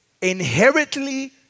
inherently